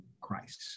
Christ